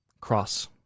cross